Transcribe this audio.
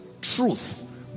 truth